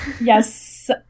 Yes